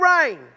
rain